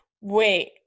Wait